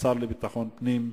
השר לביטחון הפנים,